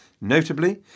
Notably